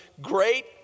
Great